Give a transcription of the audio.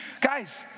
Guys